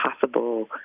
possible